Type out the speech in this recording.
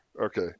Okay